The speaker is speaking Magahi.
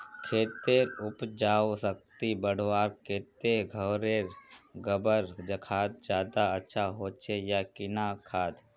खेतेर उपजाऊ शक्ति बढ़वार केते घोरेर गबर खाद ज्यादा अच्छा होचे या किना खाद?